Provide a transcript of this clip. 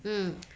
mm